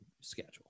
schedule